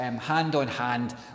hand-on-hand